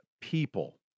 people